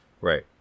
Right